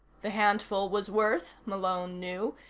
the handful was worth, malone knew,